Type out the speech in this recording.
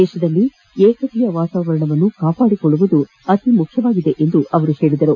ದೇಶದಲ್ಲಿ ಏಕತೆಯ ವಾತಾವರಣವನ್ನು ಕಾಪಾಡಿಕೊಳ್ಳುವುದು ಅತಿ ಮುಖ್ಯವಾಗಿದೆ ಎಂದರು